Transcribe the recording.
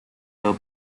her